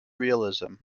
realism